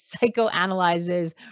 psychoanalyzes